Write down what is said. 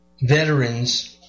veterans